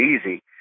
easy